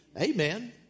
amen